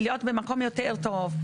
להיות במקום יותר טוב,